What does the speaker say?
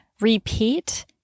repeat